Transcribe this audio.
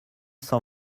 cent